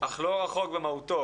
אך לא רחוק במהותו.